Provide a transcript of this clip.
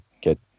get